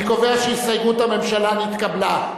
אני קובע שהסתייגות הממשלה נתקבלה.